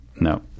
No